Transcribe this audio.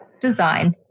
design